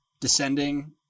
descending